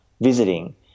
visiting